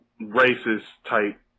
racist-type